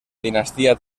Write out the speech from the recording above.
dinastía